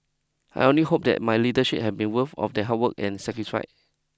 I only hope that my leadership had been worth of their hard work and sacrifice